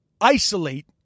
isolate